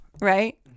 right